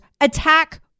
attack